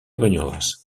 banyoles